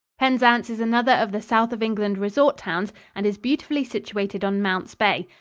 penzance is another of the south of england resort towns and is beautifully situated on mounts bay.